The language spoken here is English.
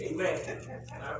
Amen